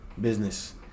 business